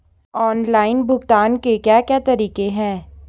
Online भुगतान के क्या क्या तरीके हैं?